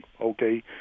okay